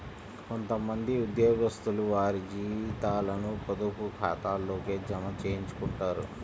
కొంత మంది ఉద్యోగస్తులు వారి జీతాలను పొదుపు ఖాతాల్లోకే జమ చేయించుకుంటారు